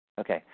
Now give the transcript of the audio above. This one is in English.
Okay